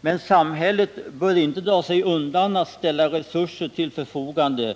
men samhället bör inte dra sig undan att ställa resurser till förfogande.